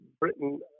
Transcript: Britain